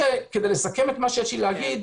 כדי לסכם את מה שיש לי להגיד,